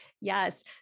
Yes